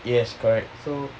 yes correct so